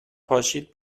پاشید